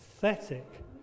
pathetic